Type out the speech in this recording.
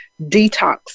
Detox